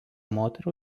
moterų